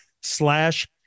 slash